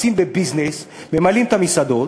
טסים ב"ביזנס", ממלאים את המסעדות,